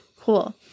Cool